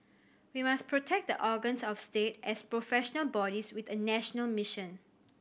we must protect the organs of state as professional bodies with a national mission